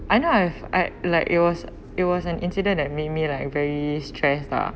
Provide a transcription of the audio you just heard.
I know I've I like it was it was an incident that made me like very stressed lah